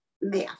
math